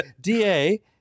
Da